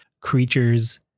creatures